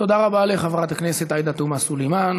תודה רבה לחברת הכנסת עאידה תומא סלימאן.